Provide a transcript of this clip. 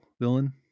villain